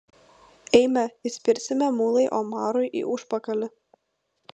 eime įspirsime mulai omarui į užpakalį